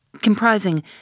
comprising